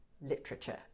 literature